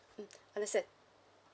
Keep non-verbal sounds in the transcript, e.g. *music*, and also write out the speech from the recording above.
mm *breath* understand